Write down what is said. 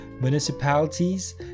municipalities